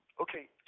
Okay